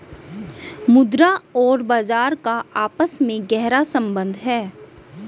मुद्रा और बाजार का आपस में गहरा सम्बन्ध है